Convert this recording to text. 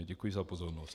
Děkuji za pozornost.